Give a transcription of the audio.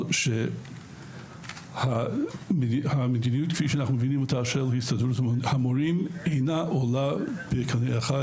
בגלל שהמדיניות של הסתדרות המורים אינה עולה בקנה אחד